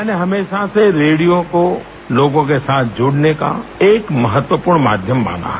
मैंने हमेशा से रेडियो को लोगों के साथ जुड़ने का एक महत्वपूर्ण माध्यम माना है